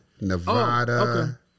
Nevada